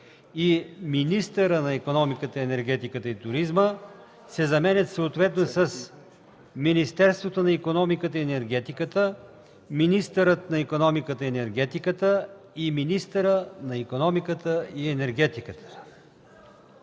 и „министъра на икономиката, енергетиката и туризма” се заменят съответно с „Министерството на икономиката и енергетиката”, „министърът на икономиката и енергетиката” и „министъра на икономиката и енергетиката”.”